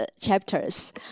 chapters